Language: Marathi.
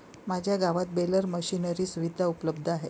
माझ्या गावात बेलर मशिनरी सुविधा उपलब्ध आहे